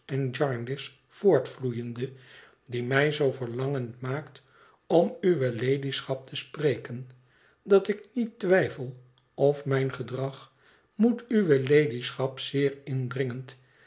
voortvloeiende die mij zoo verlangend maakt om uwe ladyschap te spreken dat ik niet twijfel of mijn gedrag moet uwe ladyschap zeer indringend